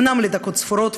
אומנם לדקות ספורות,